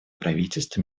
правительств